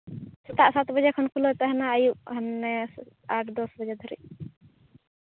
ᱥᱮᱛᱟᱜ ᱥᱟᱛ ᱵᱟᱡᱮ ᱠᱷᱚᱱ ᱠᱷᱩᱞᱟᱹᱣ ᱛᱟᱦᱮᱱᱟ ᱟᱹᱭᱩᱵ ᱦᱟᱹᱵᱤᱡ ᱦᱟᱱᱮ ᱟᱴ ᱫᱚᱥ ᱵᱟᱡᱟ ᱫᱷᱟᱹᱨᱤᱡ